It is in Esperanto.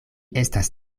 estas